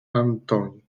antoni